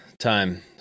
time